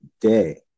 day